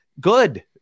good